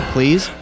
Please